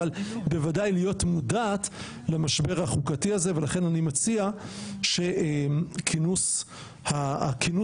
אבל בוודאי להיות מודעת למשבר החוקתי הזה ולכן אני מציע שהכינוס שיתבצע